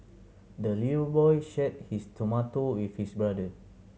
the little boy shared his tomato with his brother